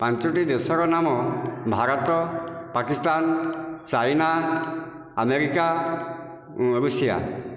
ପାଞ୍ଚଟି ଦେଶର ନାମ Bharat Pakistan China America Russia